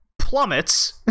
plummets